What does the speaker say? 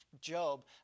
Job